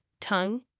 tongue